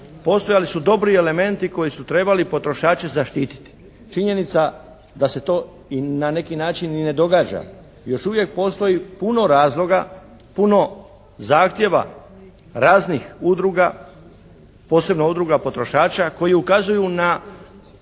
postojali su dobri elementi koji su trebali potrošače zaštititi. Činjenica da se to i na neki način i ne događa još uvijek postoji puno razloga, puno zahtijeva raznih udruga, posebno udruga potrošača koji ukazuju na